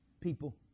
people